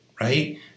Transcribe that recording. Right